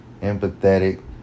empathetic